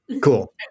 Cool